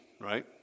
right